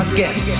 guess